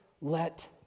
let